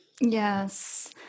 yes